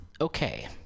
Okay